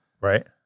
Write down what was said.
Right